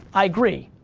i agree,